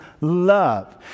love